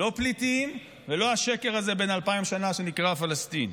לא פליטים ולא השקר הזה בן אלפיים שנה שנקרא פלסטין.